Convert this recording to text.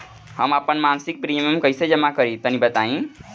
हम आपन मसिक प्रिमियम कइसे जमा करि तनि बताईं?